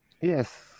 Yes